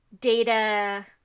data